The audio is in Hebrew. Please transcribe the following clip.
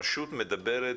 הרשות מדברת,